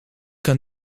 kan